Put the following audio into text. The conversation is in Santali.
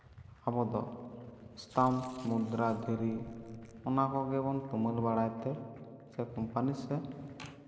ᱟᱵᱚ ᱫᱚ ᱮᱥᱛᱷᱟᱱ ᱢᱩᱫᱽᱨᱟ ᱫᱷᱤᱨᱤ ᱚᱱᱟ ᱠᱚᱜᱮ ᱵᱚᱱ ᱛᱩᱢᱟᱹᱞ ᱵᱟᱲᱟᱭ ᱛᱮ ᱥᱮ ᱠᱳᱢᱯᱟᱱᱤ ᱥᱮ